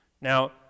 Now